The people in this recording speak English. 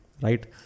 right